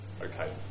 Okay